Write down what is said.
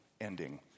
ending